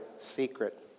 secret